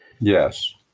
Yes